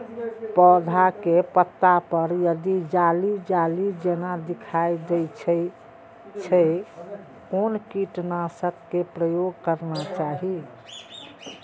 पोधा के पत्ता पर यदि जाली जाली जेना दिखाई दै छै छै कोन कीटनाशक के प्रयोग करना चाही?